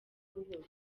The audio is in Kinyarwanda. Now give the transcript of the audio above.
buhoro